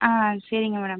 ஆ சரிங்க மேடம்